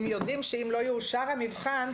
הם יודעים שאם לא יאושר המבחן,